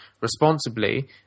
responsibly